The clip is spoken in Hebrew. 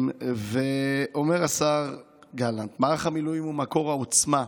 אומר השר גלנט: מערך המילואים הוא מקור העוצמה,